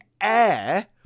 air